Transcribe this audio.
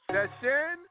Session